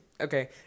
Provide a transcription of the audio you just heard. Okay